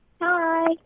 Hi